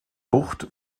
bucht